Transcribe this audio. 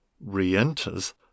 re-enters